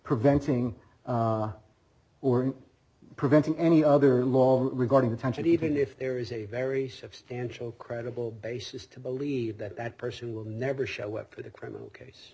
preventing or preventing any other law regarding attention even if there is a very substantial credible basis to believe that that person will never show up with a criminal case